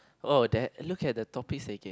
oh that look at the topics they gave